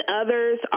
others